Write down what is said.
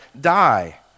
die